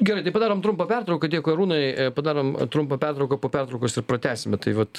gerai tai padarom trumpą pertrauką dėkui arūnai padarom trumpą pertrauką po pertraukos ir pratęsime tai vat